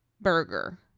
burger